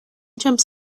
jumps